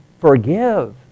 forgive